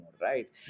right